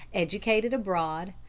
educated abroad,